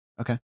Okay